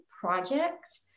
project